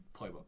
playbook